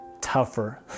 tougher